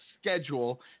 schedule